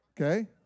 Okay